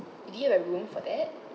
do you have a room for that